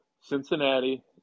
Cincinnati